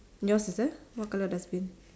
yours is a what colour dustbin